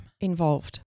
involved